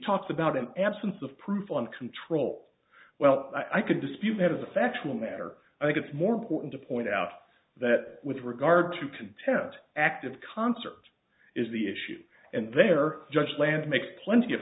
talks about an absence of proof on control well i could dispute has a factual matter i think it's more important to point out that with regard to content active concert is the issue and there just land makes plenty of